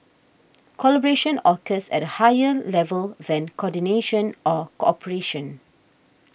collaboration occurs at a higher level than coordination or cooperation